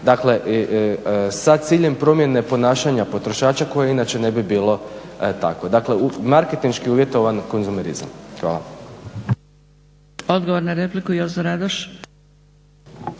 dakle sa ciljem promjene ponašanja potrošača koje inače ne bi bilo takvo. Dakle marketinški uvjetovan konzumerizam. Hvala. **Zgrebec, Dragica